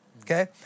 okay